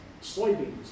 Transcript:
Soybeans